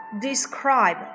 describe